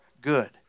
good